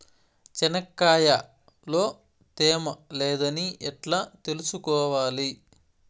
చెనక్కాయ లో తేమ లేదని ఎట్లా తెలుసుకోవాలి?